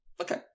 Okay